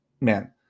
Man